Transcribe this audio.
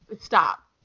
Stop